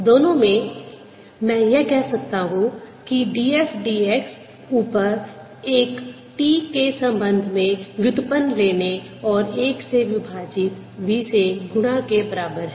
दोनों में मैं यह कह सकता हूँ कि df dx ऊपर एक t के संबंध में व्युत्पन्न लेने और 1 से विभाजित v से गुणा के बराबर है